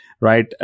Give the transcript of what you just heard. right